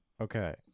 Okay